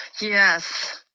Yes